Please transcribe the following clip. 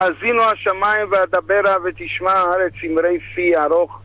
האזינו השמיים ואדברה, ותשמע, הארץ אמרי פי ארוך.